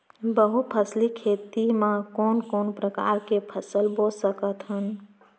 बहुफसली खेती मा कोन कोन प्रकार के फसल बो सकत हन?